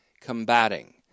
combating